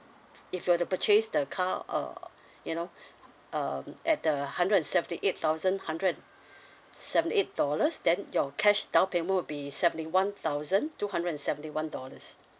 if you were to purchase the car err you know um at a hundred and seventy eight thousand hundred seven eight dollars then your cash downpayment will be seventy one thousand two hundred and seventy one dollars